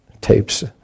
Tapes